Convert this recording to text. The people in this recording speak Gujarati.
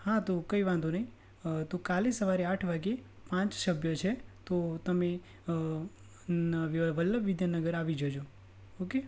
હા તો કંઇ વાંધો નહીં તો કાલે સવારે આઠ વાગ્યે પાંચ સભ્યો છે તો તમે વલ્લભ વિદ્યાનગર આવી જજો ઓકે